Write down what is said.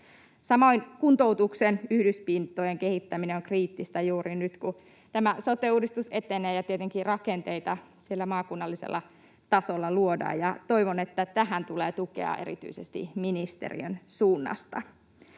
Samoin kuntoutuksen yhdyspintojen kehittäminen on kriittistä juuri nyt, kun sote-uudistus etenee ja tietenkin rakenteita siellä maakunnallisella tasolla luodaan. Toivon, että tähän tulee tukea erityisesti ministeriön suunnasta.